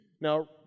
Now